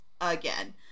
again